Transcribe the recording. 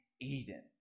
Eden